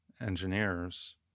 engineers